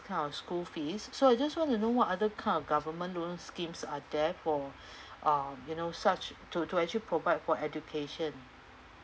kind of school fees so I just want to know what other kind of government loans schemes are there for um you know such to to actually provide for education